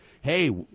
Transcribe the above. hey